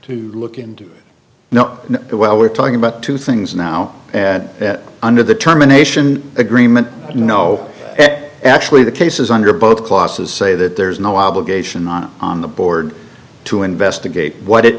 to look in to know it well we're talking about two things now and under the terminations agreement and no actually the case is under both clauses say that there's no obligation on the board to investigate what it